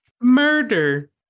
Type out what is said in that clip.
murder